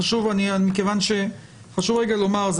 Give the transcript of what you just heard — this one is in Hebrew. חשוב רגע לומר,